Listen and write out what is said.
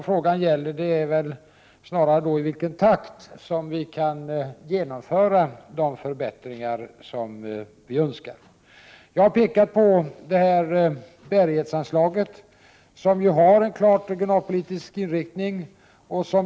Frågan gäller snarare i vilken takt förbättringarna kan genomföras. Jag har pekat på bärighetsanslaget, som har en klart regionalpolitisk inriktning.